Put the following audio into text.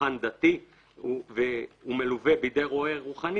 פולחן דתי והוא מלווה בידי רועה רוחני